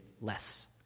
less